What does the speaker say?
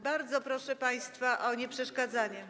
Bardzo proszę państwa o nieprzeszkadzanie.